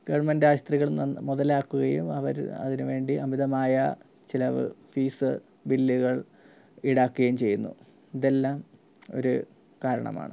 government ആശുപത്രികളിൽ നിന്ന് മുതലാക്കുകയും അവര് അതിനുവേണ്ടി അമിതമായ ചിലവ് ഫീസ് ബില്ലുകൾ ഈടാക്കുകയും ചെയ്യുന്നു ഇതെല്ലാം ഒരു കാരണമാണ്